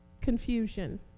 Confusion